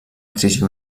exigir